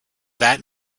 that